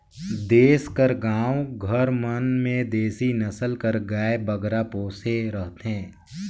देस कर गाँव घर मन में देसी नसल कर गाय बगरा पोसे रहथें